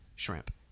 shrimp